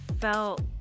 felt